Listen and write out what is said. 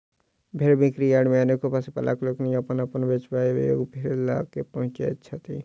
भेंड़ बिक्री यार्ड मे अनेको पशुपालक लोकनि अपन अपन बेचबा योग्य भेंड़ ल क पहुँचैत छथि